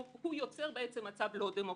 הוא יוצר מצב לא דמוקרטי.